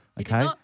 Okay